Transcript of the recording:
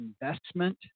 investment